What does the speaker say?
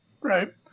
right